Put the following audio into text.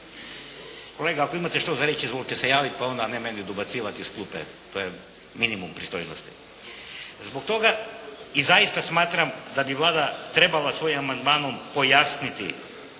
Kolega ako imate što za reći izvolite se javiti pa onda ne meni dobacivati iz klupe. To je minimum pristojnosti. Zbog toga i zaista smatram da bi Vlada trebala svojim amandmanom pojasniti